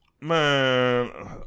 Man